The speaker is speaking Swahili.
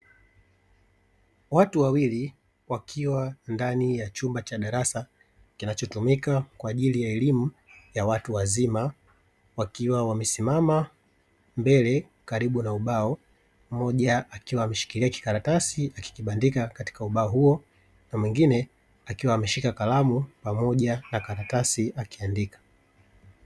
Watu wawili wakiwa ndani ya chumba cha darasa kinachotumika kwa ajili ya elimu ya watu wazima, wakiwa wamesimama mbele karibu na ubao, mmoja akiwa ameshikilia kikaratasi akikibandika katika ubao huo na mwingine akiwa ameshika kalamu pamoja na karatasi akiandika.